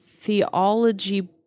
theology